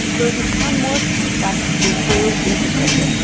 they become more complex and fully integrated.